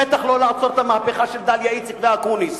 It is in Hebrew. בטח לא לעצור את המהפכה של דליה איציק ואקוניס.